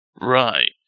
Right